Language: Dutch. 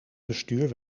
bestuur